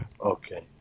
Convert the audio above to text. Okay